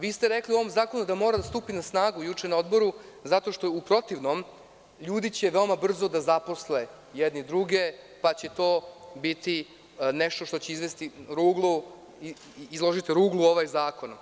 Vi ste rekli u ovom zakonu da mora da stupi na snagu, juče na odboru, zato što u protivno ljudi će veoma brzo da zaposle jedni druge, pa će to biti nešto će iložiti ruglu ovaj zakon.